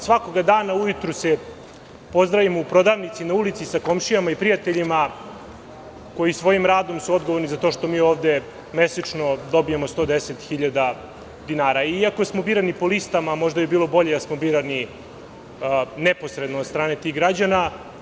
Svakog dana ujutru se pozdravimo u prodavnici, na ulici sa komšijama i prijateljima koji su svojim radom odgovorni za to što mi ovde mesečno dobijamo 110.000 dinara, iako smo birani po listama, možda bi bilo bolje da smo birani neposredno od strane tih građana.